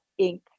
Inc